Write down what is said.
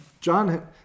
John